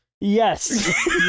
Yes